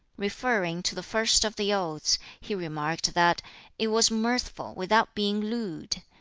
referring to the first of the odes, he remarked that it was mirthful without being lewd,